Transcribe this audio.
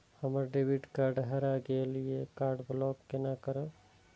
हमर debit card हरा गेल ये कार्ड ब्लॉक केना करब?